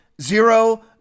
zero